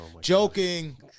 Joking